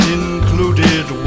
included